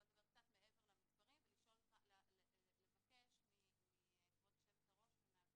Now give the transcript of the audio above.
אני רוצה לדבר קצת מעבר למספרים ולבקש מכבוד יושבת הראש ומהוועדה